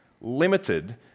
limited